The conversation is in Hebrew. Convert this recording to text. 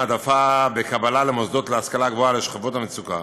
העדפה בקבלה למוסדות להשכלה גבוהה לשכבות המצוקה).